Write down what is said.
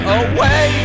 away